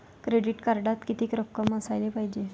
Credit कार्डात कितीक रक्कम असाले पायजे?